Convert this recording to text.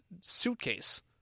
suitcase